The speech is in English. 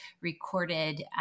recorded